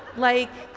like